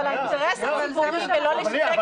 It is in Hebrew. אבל האינטרס הציבורי זה לא לשתק.